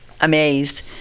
amazed